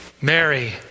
Mary